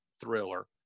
Thriller